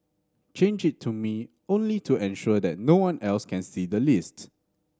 change it to me only to ensure that no one else can see the list